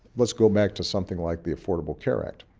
let's go back to something like the affordable care act.